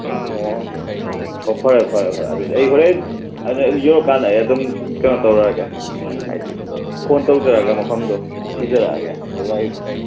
ꯑꯣ ꯑꯣ ꯐꯔꯦ ꯐꯔꯦ ꯑꯗꯨꯗꯤ ꯑꯩ ꯍꯣꯔꯦꯟ ꯌꯧꯔꯀꯥꯟꯗ ꯑꯩ ꯑꯗꯨꯝ ꯀꯩꯅꯣ ꯇꯧꯔꯛꯑꯒꯦ ꯍꯥꯏꯗꯤ ꯐꯣꯟ ꯇꯧꯖꯔꯛꯑꯒꯦ ꯃꯐꯝꯗꯣ ꯊꯤꯖꯔꯛꯑꯒꯦ ꯑꯗꯨꯒ ꯑꯩ